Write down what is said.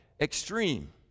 extreme